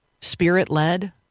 spirit-led